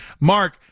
Mark